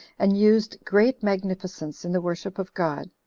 and used great magnificence in the worship of god,